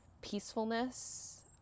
peacefulness